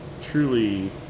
truly